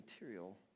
material